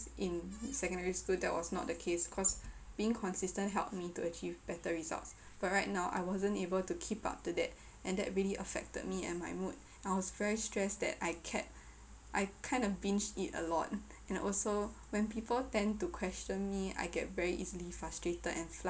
in secondary school that was not the case because being consistent helped me to achieve better results but right now I wasn't able to keep up to that and that really affected me and my mood I was very stressed that I kept I kind of binge eat a lot and also when people tend to question me I get very easily frustrated and